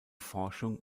forschung